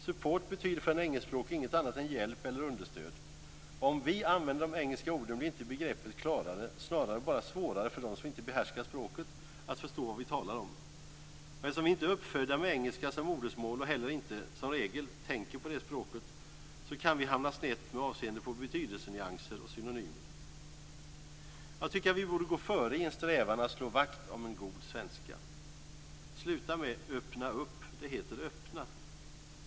Support betyder för den engelskspråkige inget annat än hjälp eller understöd. Om vi använder de engelska orden blir inte begreppet klarare, snarare blir det bara svårare för dem som inte behärskar språket att förstå vad vi talar om. Eftersom vi inte är uppfödda med engelska som modersmål och heller inte som regel tänker på det språket kan vi hamna snett med avseende på betydelsenyanser och synonymer. Jag tycker att vi borde gå före i en strävan att slå vakt om en god svenska. Sluta med "öppna upp" - det heter öppna.